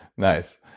nice,